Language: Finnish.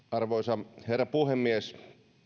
arvoisa herra puhemies